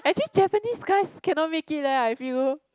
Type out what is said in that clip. actually Japanese guys cannot make it leh I feel